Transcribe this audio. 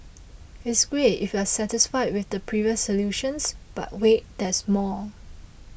it's great if you're satisfied with the previous solutions but wait there's more